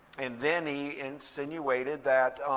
and then he insinuated that,